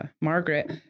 Margaret